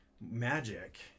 magic